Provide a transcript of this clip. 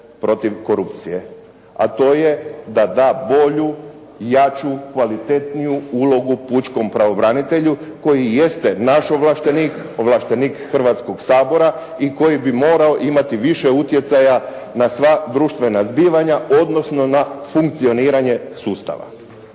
a to je da da bolju, jaču, kvalitetniju ulogu pučkom pravobranitelju koji jeste naš ovlaštenik, ovlaštenik Hrvatskog sabora i koji bi morao imati više utjecaja na sva društvena zbivanja, odnosno na funkcioniranje sustava.